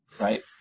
right